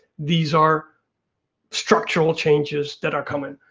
these are structural changes that are coming.